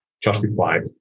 justified